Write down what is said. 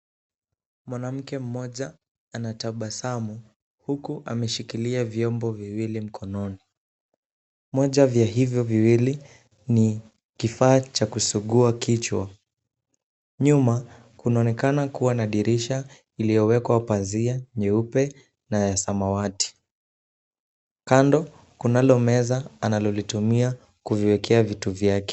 Mwanamme anatabasamu huku ameshikilia vyombo viwili mkononi, moja ya hivyo viwili ni kifaa cha kusugua kichwa. Nyuma, kunaonekana kubwa dirisha lililowekwa pazia nyeupe na ya samawati. Kando kunalo meza anakitumia kuviwekea vitu vyake.